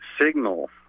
signal